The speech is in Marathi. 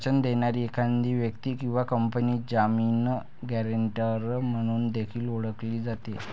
वचन देणारी एखादी व्यक्ती किंवा कंपनी जामीन, गॅरेंटर म्हणून देखील ओळखली जाते